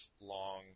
long